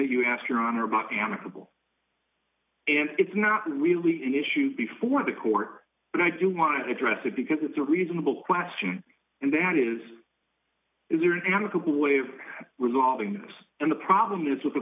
you ask your honor about amicable and it's not really an issue before the court but i do want to address it because it's a reasonable question and that is is there an amicable way of resolving this and the problem is with the